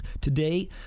today